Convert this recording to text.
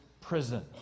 prison